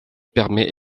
permet